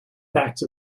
facts